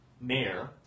mayor